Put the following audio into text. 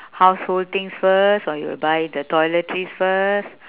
household things first or you buy the toiletries first